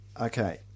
Okay